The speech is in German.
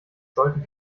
sollten